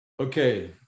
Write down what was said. okay